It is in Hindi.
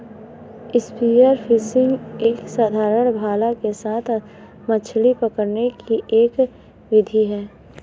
स्पीयर फिशिंग एक साधारण भाला के साथ मछली पकड़ने की एक विधि है